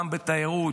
גם בתיירות,